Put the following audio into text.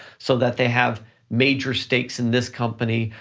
so that they have major stakes in this company,